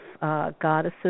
goddesses